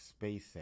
SpaceX